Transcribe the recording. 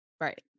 Right